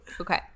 Okay